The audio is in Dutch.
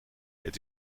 het